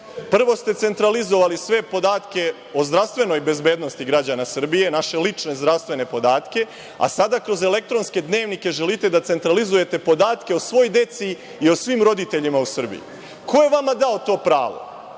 ste centralizovali sve podatke o zdravstvenoj bezbednosti građana Srbije, naše lične zdravstvene podatke, a sada kroz elektronske dnevnike želite da centralizujete podatke o svoj deci i o svim roditeljima u Srbiji. Ko je vama dao to pravo?